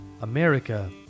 America